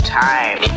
time